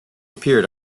appeared